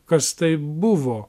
kas tai buvo